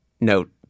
note